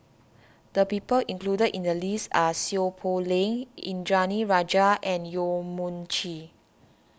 the people included in the list are Seow Poh Leng Indranee Rajah and Yong Mun Chee